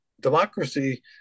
democracy